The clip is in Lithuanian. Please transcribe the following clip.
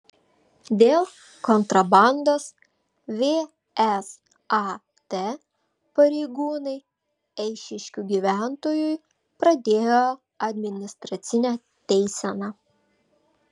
dėl kontrabandos vsat pareigūnai eišiškių gyventojui pradėjo administracinę teiseną